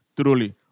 truly